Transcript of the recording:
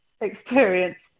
experience